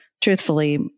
truthfully